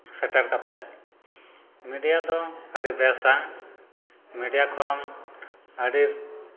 ᱥᱮᱴᱮᱨ ᱠᱟᱛᱮ ᱢᱤᱰᱤᱭᱟ ᱫᱚ ᱟᱹᱰᱤ ᱵᱮᱥᱟ ᱢᱤᱰᱤᱭᱟ ᱠᱷᱚᱱ ᱟᱹᱰᱤ